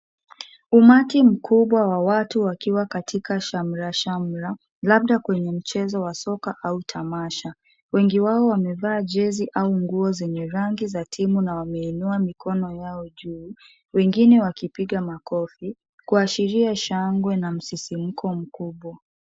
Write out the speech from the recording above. Umati mkubwa wa watu wakiwa katika shamrashamra labda kwenye mchezo wa soka au kwenye tamasha, wengi wao wamevaa jezi au nguo zenye rangi ya timu na wameinua mikono yao juu wengine wakipiga makofi kuashiria shangwe na msisimko mkubwa.